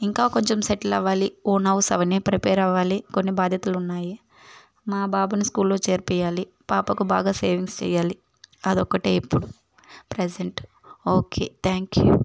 ఇంకా కొంచెం సెటిల్ అవ్వాలి ఓన్ హౌస్ అవన్నీ ప్రిపేర్ అవ్వాలి కొన్ని బాధ్యతలు ఉన్నాయి మా బాబుని స్కూల్లో చేర్పియ్యాలి పాపకు బాగా సేవింగ్స్ చెయ్యాలి అదొక్కటే ఇప్పుడు ప్రజెంట్ ఓకే థ్యాంక్ యు